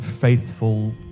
faithful